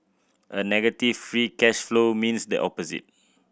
a negative free cash flow means the opposite